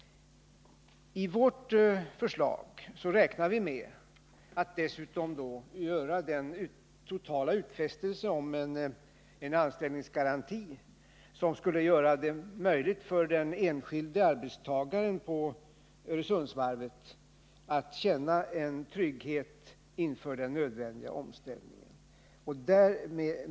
I vårt förslag räknar vi med att dessutom göra en utfästelse om anställningsgaranti, vilket skulle göra det möjligt för den enskilde arbetstagaren på Öresundsvarvet att känna trygghet inför den nödvändiga omställningen.